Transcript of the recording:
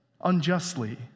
unjustly